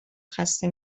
خسته